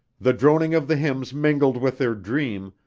the droning of the hymns mingled with their dream,